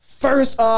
First